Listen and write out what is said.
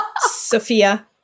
Sophia